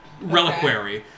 reliquary